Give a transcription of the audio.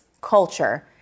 culture